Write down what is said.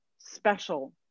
special